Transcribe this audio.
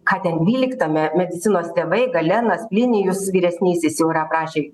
ką ten dvyliktame medicinos tėvai galenas plinijus vyresnysis jau yra aprašę